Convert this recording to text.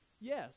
Yes